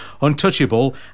untouchable